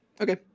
Okay